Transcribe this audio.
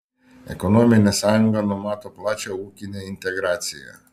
ekonominė sąjunga numato plačią ūkinę integraciją